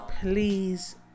please